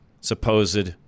supposed